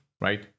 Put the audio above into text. right